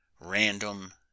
random